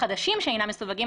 החדשים שאינם מסווגים,